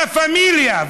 לה פמיליה,